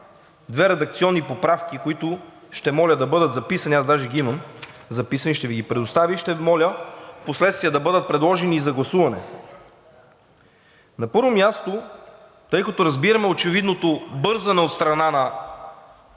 две редакционни поправки, които ще моля да бъдат записани, аз даже ги имам записани, ще Ви ги предоставя, и ще моля впоследствие да бъдат предложени за гласуване. На първо място, тъй като разбираме очевидното бързане от страна на